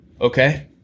Okay